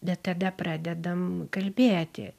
bet tada pradedam kalbėti